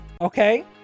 okay